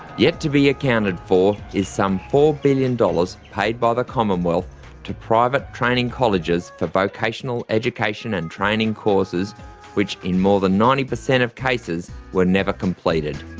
yet to be accounted for is some four billion dollars paid by the commonwealth to private training colleges for vocational education and training courses which in more than ninety percent of cases were never completed.